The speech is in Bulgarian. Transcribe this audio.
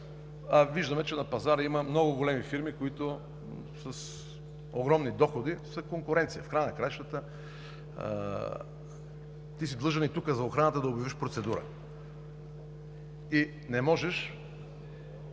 а виждаме, че на пазара има много големи фирми, които с огромни доходи са конкуренция. В края на краищата ти си длъжен и тук за охраната да обявиш процедура и не можеш